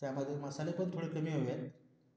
त्यामध्ये मसाले पण थोडे कमी हवे आहेत